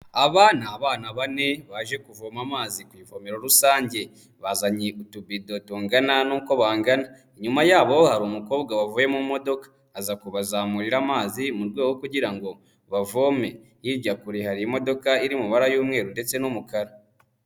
Aba ni abana bane, baje kuvoma amazi ku ivomero rusange, bazanye utubido tugana n'uko bangana. Inyuma yabo hari umukobwa wavuye mu modoka. Aza kubazamurira amazi mu rwego kugira ngo bavome. Hirya kure hari imodoka iri mu maraba y'umweru ndetse n'umukara.